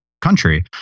country